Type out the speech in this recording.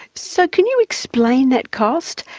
so, can you explain that cost?